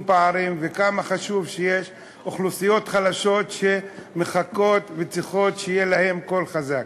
פערים וכמה חשוב שלאוכלוסיות החלשות יהיה קול חזק.